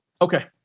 okay